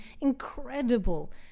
incredible